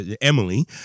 Emily